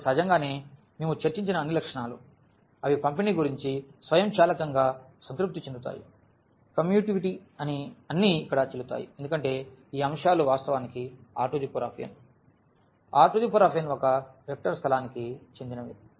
కాబట్టి సహజంగానే మేము చర్చించిన అన్ని లక్షణాలు అవి ఈ పంపిణీ గురించి స్వయంచాలకంగా సంతృప్తి చెందుతాయి కమ్యుటివిటీ అన్నీ ఇక్కడ చెల్లుతాయి ఎందుకంటే ఈ అంశాలు వాస్తవానికి Rn Rn ఒక వెక్టర్ స్థలానికి చెందినవి